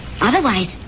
Otherwise